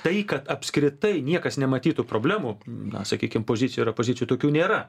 tai kad apskritai niekas nematytų problemų na sakykim pozicijoj ir opozicijoj tokių nėra